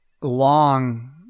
Long